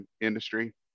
industry